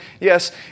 Yes